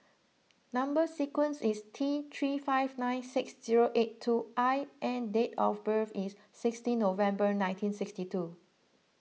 Number Sequence is T three five nine six zero eight two I and date of birth is sixteen November nineteen sixty two